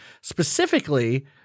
Specifically